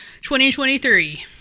2023